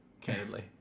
candidly